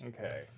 Okay